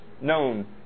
known